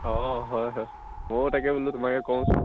অঁ হয় হয় মইও তাকে বোলোঁ তোমাকে কওঁচোন